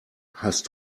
hast